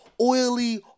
oily